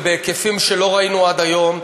ובהיקפים שלא ראינו עד היום,